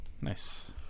Nice